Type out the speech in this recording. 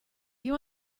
you